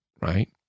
right